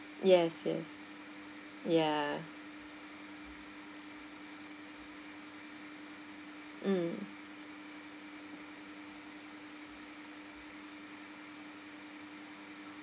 yes yes ya mm